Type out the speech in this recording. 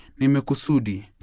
Nimekusudi